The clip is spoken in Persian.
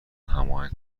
هماهنگ